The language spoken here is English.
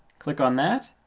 click on that.